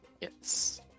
Yes